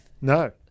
No